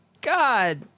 God